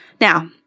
Now